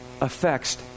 affects